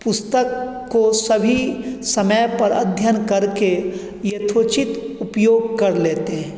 पुस्तक को सभी समय पर अध्ययन करके यथोचित उपयोग कर लेते हैं